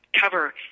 cover